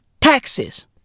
Taxes